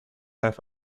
have